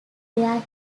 where